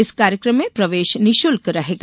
इस कार्यकम में प्रवेश निःशुल्क रहेगा